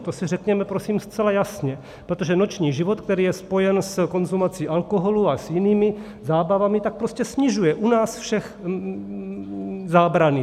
To si řekněme prosím zcela jasně, protože noční život, který je spojen s konzumací alkoholu a s jinými zábavami, prostě snižuje u nás všech zábrany.